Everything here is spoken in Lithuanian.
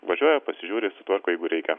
važiuoja pasižiūri sutvarko jeigu reikia